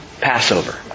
Passover